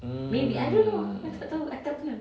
mm